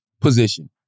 position